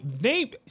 name